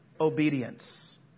obedience